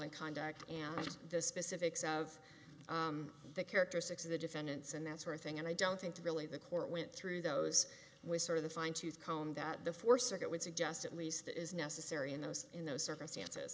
t conduct and just the specifics of the characteristics of the defendants and that's one thing and i don't think really the court went through those with sort of the fine tooth comb that the four circuit would suggest at least is necessary in those in those circumstances